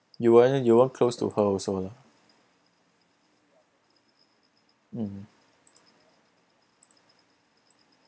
you weren't you weren't close to her also lah mm